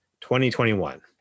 2021